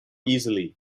easily